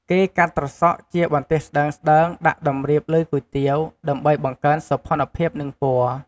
គេកាត់ត្រសក់ជាបន្ទះស្តើងៗ ដាក់តម្រៀបលើគុយទាវ ដើម្បីបង្កើនសោភ័ណភាពនិងពណ៌។